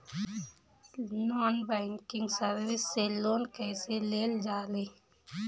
Non banking service से loan कैसे लेल जा ले?